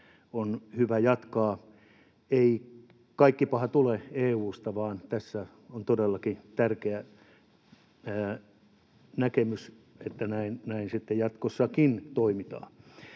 on hyvä jatkaa. Ei kaikki paha tule EU:sta, vaan tässä on todellakin tärkeä näkemys, että näin sitten jatkossakin toimitaan.